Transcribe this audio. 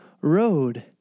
road